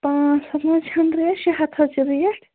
پانٛژھ ہتھ نہَ حظ چھَنہٕ ریٹ شیٚے ہتھ حظ چھِ ریٹ